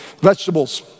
vegetables